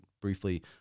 briefly